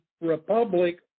republic